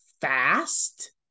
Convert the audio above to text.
fast